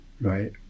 right